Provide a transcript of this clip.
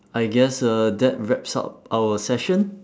I guess uh that wraps up our session